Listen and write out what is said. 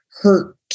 hurt